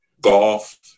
golf